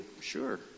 Sure